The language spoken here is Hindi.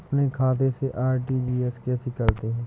अपने खाते से आर.टी.जी.एस कैसे करते हैं?